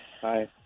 Hi